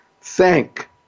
thank